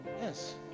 Yes